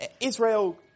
Israel